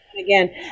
again